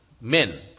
men